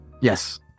Yes